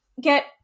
get